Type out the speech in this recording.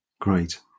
Great